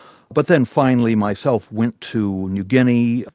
but then finally myself went to new guinea,